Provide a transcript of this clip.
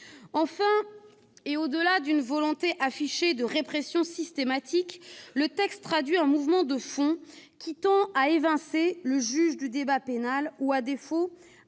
Enfin, au-delà d'une volonté affichée de répression systématique, le texte traduit un mouvement de fond qui tend à évincer le juge du débat pénal ou, à défaut,